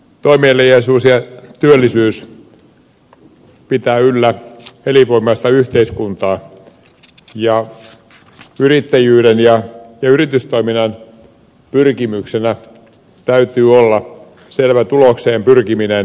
toimeliaisuus ja työllisyys pitävät yllä elinvoimaista yhteiskuntaa ja yrittäjyyden ja yritystoiminnan pyrkimyksenä täytyy olla selvä tulokseen pyrkiminen